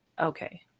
Okay